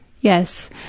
Yes